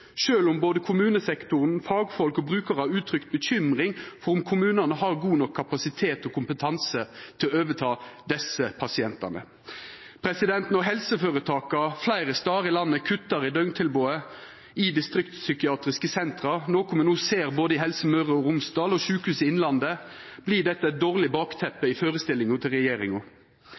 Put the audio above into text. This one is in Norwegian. om både kommunesektoren, fagfolk og brukarar har uttrykt bekymring for om kommunane har god nok kapasitet og kompetanse til å overta desse pasientane. Når helseføretaka fleire stader i landet kuttar i døgntilbodet i distriktspsykiatriske senter, noko me no ser i både Helse Møre og Romsdal og Sjukehuset Innlandet, vert dette eit dårleg bakteppe i førestillinga til regjeringa.